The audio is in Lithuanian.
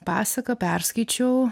pasaką perskaičiau